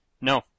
No